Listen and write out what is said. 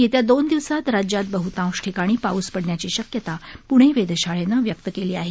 येत्या दोन दिवसांत राज्यात बहृतांश ठिकाणी पाऊस पडण्याची शक्यता प्णे वेधशाळेनं व्यक्त केली आहे